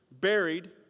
buried